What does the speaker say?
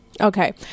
okay